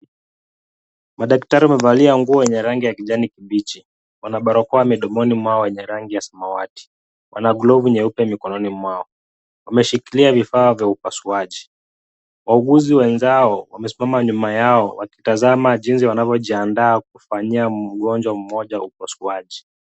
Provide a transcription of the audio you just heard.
Madaktari wamevalia nguo yenye rangi ya kijani kibichi. Wana barakoa mdomoni mwao yenye rangi ya samawati. Wana glavu mikononi mwao. Wameshikilia vifaa vya upasuaji. Wauguzi wenzao wamesimama nyuma yao wakitazama jinsi wanavyo jiandaa kufanyia mgonjwa mmoja upasuaji.